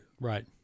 Right